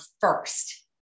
first